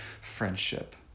friendship